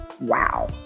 Wow